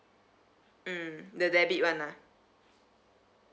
mm the debit [one] ah